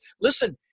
listen